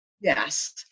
Yes